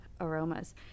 aromas